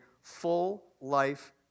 full-life